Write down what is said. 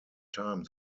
time